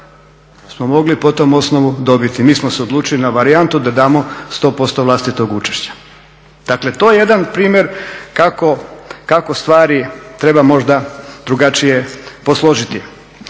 smo mogli po tom osnovu dobiti. Mi smo se odlučili na varijantu da damo sto posto vlastitog učešća. Dakle, to je jedan primjer kako stvari treba možda drugačije posložiti.